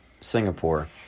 Singapore